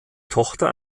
tochter